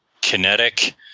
kinetic